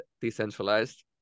decentralized